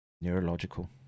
neurological